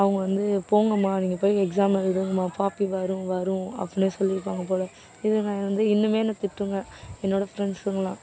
அவங்க வந்து போங்கம்மா நீங்கள் போய் எக்ஸாம் எழுதுங்கம்மா பாப்பி வரும் வரும் அப்படின்னே சொல்லியிருப்பாங்க போல் இதுங்க வந்து இன்னும் என்னை திட்டுங்க என்னோட ஃப்ரெண்ட்ஸுங்களாம்